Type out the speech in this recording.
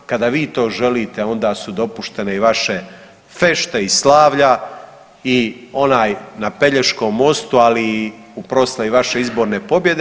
Kada vi to želite onda su dopuštene i vaše fešte i slavlja i onaj na Pelješkom mostu, ali i u proslavi vaše izborne pobjede.